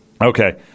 Okay